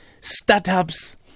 startups